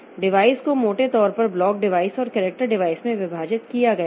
device को मोटे तौर पर ब्लॉक डिवाइस और कैरेक्टर डिवाइस में विभाजित किया गया है